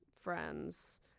friends